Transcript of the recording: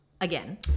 again